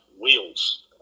Wheels